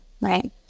Right